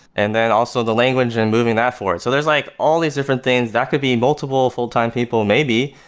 and then also the language and moving that forward. so there's like all these different things that could be multiple full-time people maybe,